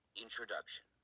Introduction